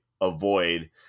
avoid